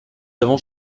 avons